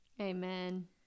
Amen